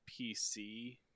pc